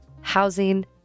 housing